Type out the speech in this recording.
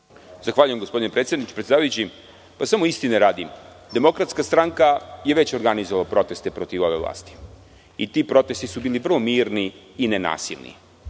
Zahvaljujem gospodine predsedavajući, pa samo istine radi. Demokratska stranka je već organizovala proteste protiv ove vlasti i ti protesti su bili vrlo mirni i nenasilni.